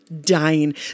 dying